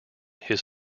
his